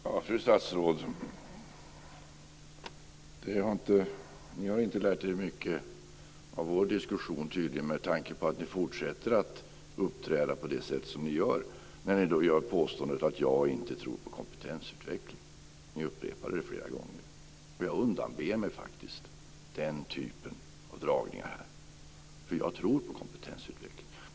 Fru talman! Fru statsråd! Statsrådet har tydligen inte lärt sig mycket av vår diskussion med tanke på att hon fortsätter att uppträda på det sätt som hon gör när hon gör påståendet att jag inte tror på kompetensutveckling. Hon upprepar det flera gånger. Jag undanber mig faktiskt den typen av dragningar här, eftersom jag tror på kompetensutveckling.